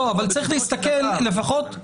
לפחות,